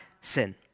sin